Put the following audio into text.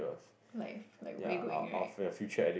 like if like where you going right